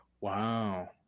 Wow